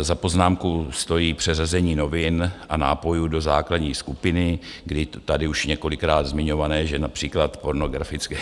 Za poznámku stojí přeřazení novin a nápojů do základní skupiny, kdy tady už několikrát zmiňované, že například pornografické